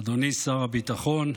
אדוני שר הביטחון,